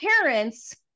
Parents